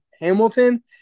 Hamilton